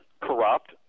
corrupt –